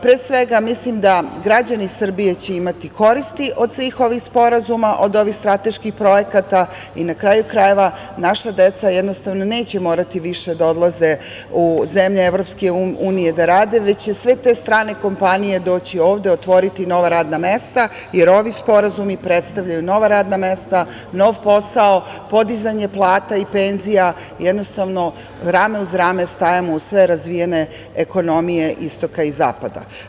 Pre svega, mislim da građani Srbije će imati koristi od svih ovih sporazuma, od ovih strateških projekata i na kraju krajeva, naša deca jednostavno neće morati više da odlaze u zemlje EU da rade, već će sve te strane kompanije doći ovde, otvoriti nova radna mesta, jer ovi sporazumi predstavljaju nova radna mesta, nov posao, podizanje plata i penzija, jednostavno rame uz rame stajemo uz sve razvijene ekonomije istoka i zapada.